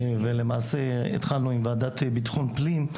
ולמעשה התחלנו עם ועדת ביטחון פנים,